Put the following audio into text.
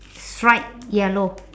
stripe yellow